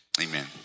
amen